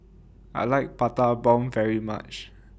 I like Prata Bomb very much